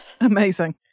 amazing